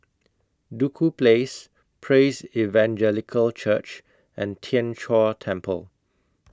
Duku Place Praise Evangelical Church and Tien Chor Temple